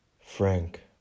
Frank